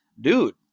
dude